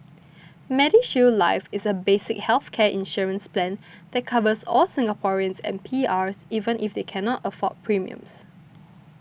MediShield Life is a basic healthcare insurance plan that covers all Singaporeans and PRs even if they cannot afford premiums